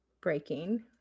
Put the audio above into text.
breaking